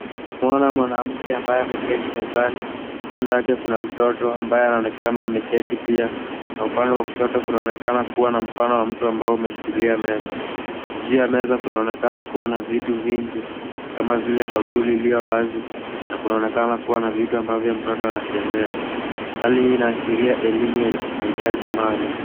Tuna ona mwanamke mezani kando yake kuna mtoto ameketi na kando yake kuna mpana wa mtu ambaye ume shikilia meza. Juu ya meza kuna onekana kuwa na vitu vingi kama vile bakuli ilio wazi na kunaonekana kuwa na vitu ambavyo mtoto ana chezea. Hali hii ina ashiria elimu ya mahitaji maalum.